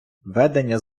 ведення